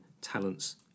talents